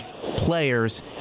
players